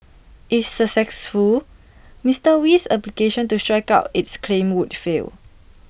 if successful Mister Wee's application to strike out its claims would fail